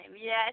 Yes